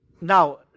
Now